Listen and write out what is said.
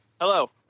hello